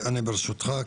ברשותך,